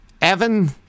Evan